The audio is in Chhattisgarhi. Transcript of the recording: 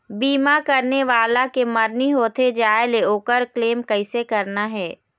बीमा करने वाला के मरनी होथे जाय ले, ओकर क्लेम कैसे करना हे?